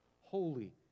holy